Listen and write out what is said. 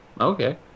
Okay